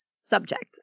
subject